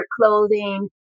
clothing